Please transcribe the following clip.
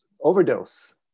overdose